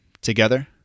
together